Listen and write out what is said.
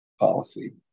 policy